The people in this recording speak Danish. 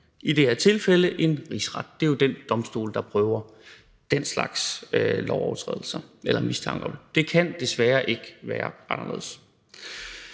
i det her tilfælde ved en rigsret – det er jo den domstol, der prøver den slags lovovertrædelser eller mistanker om samme. Det kan desværre ikke være anderledes.